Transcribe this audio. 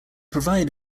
provide